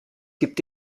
gibt